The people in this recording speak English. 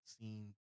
seen